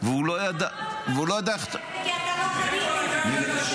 והוא לא ידע --- אתה לא חווית את זה,